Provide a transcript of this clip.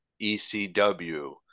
ECW